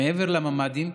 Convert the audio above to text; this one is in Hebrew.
מעבר לממ"דים.